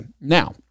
Now